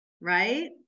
Right